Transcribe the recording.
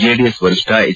JDS ವರಿಷ್ಠ H